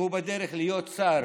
והוא בדרך להיות שר.